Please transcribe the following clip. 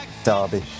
Derby